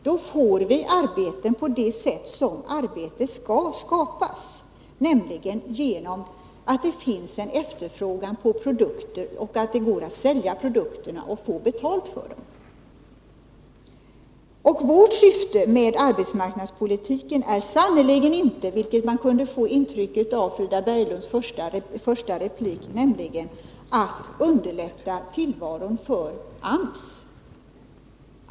Då får vi arbetstillfällen på det sätt som arbetstillfällen skall skapas, nämligen genom att det finns en efterfrågan på produkter, genom att det går att sälja våra produkter och få betalt för dem. Vårt syfte med arbetsmarknadspolitiken är sannerligen inte, vilket man kunde få intryck av i Frida Berglunds första replik, att underlätta tillvaron för AMS.